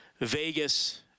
Vegas